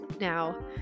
Now